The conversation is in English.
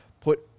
put